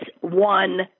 one